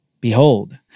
Behold